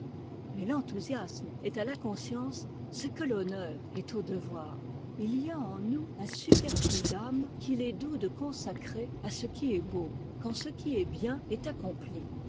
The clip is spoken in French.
mais t'enthousiasme est à la conscience ce que l'honneur est au devoir il y a en nous un superflu d'âme qu'il est houx de consacrer à ce qui est beau quand ce qui est bien est accompli